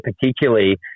particularly